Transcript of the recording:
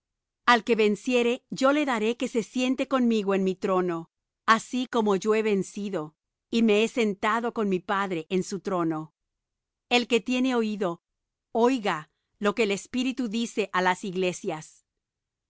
al que venciere yo le daré que se siente conmigo en mi trono así como yo he vencido y me he sentado con mi padre en su trono el que tiene oído oiga lo que el espíritu dice á las iglesias